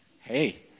Hey